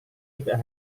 tidak